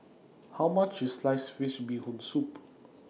How much IS Sliced Fish Bee Hoon Soup